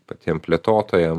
patiem plėtotojam